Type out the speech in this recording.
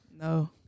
No